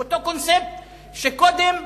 הוא אותו קונספט שקודם,